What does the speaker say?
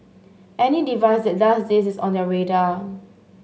any device that does this is on their radar